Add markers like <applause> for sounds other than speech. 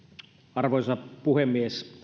arvoisa puhemies <unintelligible>